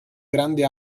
grande